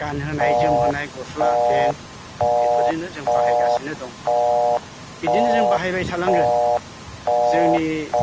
गानहोनाय जोमहोनाय गस्ला पेन बेफोरजोंनो जों बाहायगासिनो दं बिदिनो जों बाहायबाय थालांगोन जोंनि